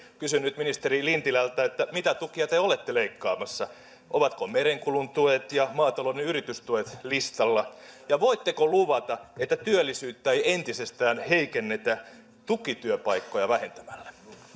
kysyn nyt ministeri lintilältä mitä tukia te olette leikkaamassa ovatko merenkulun tuet ja maatalouden yritystuet listalla ja voitteko luvata että työllisyyttä ei entisestään heikennetä tukityöpaikkoja vähentämällä